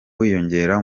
wiyongera